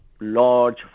large